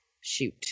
Shoot